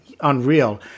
Unreal